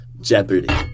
Jeopardy